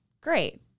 Great